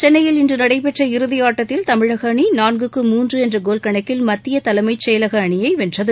சென்னையில இன்று நடைபெற்ற இறுதியாட்டத்தில் தமிழக அணி நான்குக்கு மூன்று என்ற கோல்கணக்கில் மத்திய தலைமைச் செயலக அணியை வென்றது